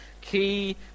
key